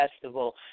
festival